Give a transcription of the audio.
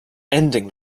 ending